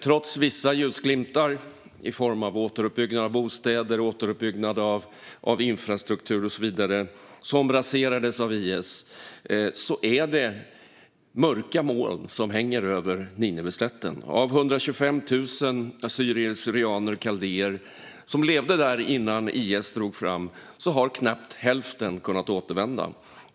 Trots vissa ljusglimtar i form av återuppbyggnad av bostäder, infrastruktur och annat som raserades av IS är det mörka moln som hänger över Nineveslätten. Av 125 000 assyrier kaldéer som levde där innan IS drog fram har knappt hälften kunnat återvända.